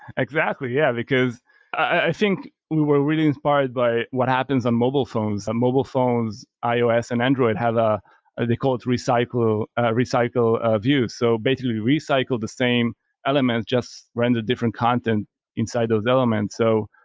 exactly. yeah, because i think we're really inspired by what happens on mobile phones. mobile phones, ios and android have ah ah they call it recycle recycle view. so, basically, recycle the same element. just render different content inside those elements. so,